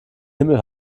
himmel